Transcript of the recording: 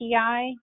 API